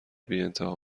بیانتها